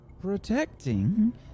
Protecting